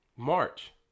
March